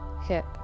hip